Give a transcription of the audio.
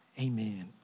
Amen